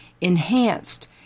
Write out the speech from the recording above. enhanced